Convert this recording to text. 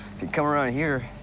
if you come around here,